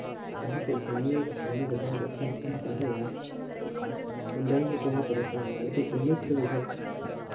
वहाँ पर घूमने फिरने के बाद ऐसा लगता है कि नहीं यार हम जाएंगे तो वहाँ पर ऐसा होगा लेकिन उम्मीद से भी हर